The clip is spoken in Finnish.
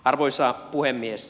arvoisa puhemies